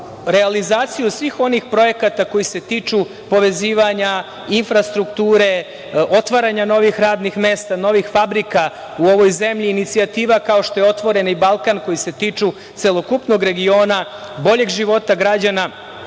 realizaciju svih onih projekata koji se tiču povezivanja, infrastrukture, otvaranje novih radnih mesta, novih fabrika u ovoj zemlji, inicijativa kao što je „Otvoreni Balkan“, koje se tiču celokupnog regiona, boljeg života građana